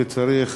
שצריך